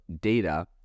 data